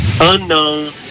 unknown